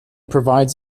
provides